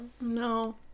no